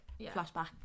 Flashback